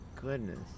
goodness